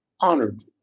honored